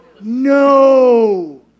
No